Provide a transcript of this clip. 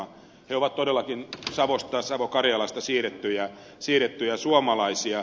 he ovat todellakin savosta savo karjalasta siirrettyjä suomalaisia